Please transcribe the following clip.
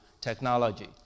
technology